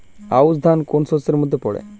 আউশ ধান কোন শস্যের মধ্যে পড়ে?